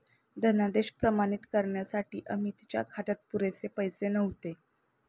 धनादेश प्रमाणित करण्यासाठी अमितच्या खात्यात पुरेसे पैसे नव्हते